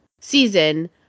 season